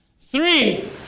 three